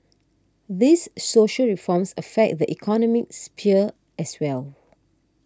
these social reforms affect the economic sphere as well